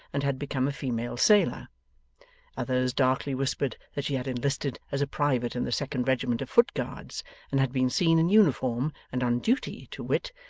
and had become a female sailor others darkly whispered that she had enlisted as a private in the second regiment of foot guards and had been seen in uniform, and on duty, to wit,